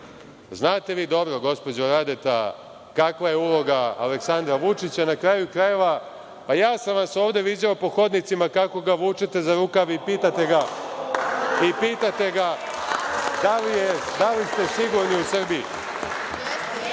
kaže?)Znate vi dobro, gospođo Radeta, kakva je uloga Aleksandra Vučića. Na kraju krajeva, pa ja sam vas ovde viđao po hodnicima kako ga vučete za rukav i pitate ga da li ste sigurni u Srbiji. Dakle,